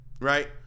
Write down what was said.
right